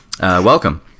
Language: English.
Welcome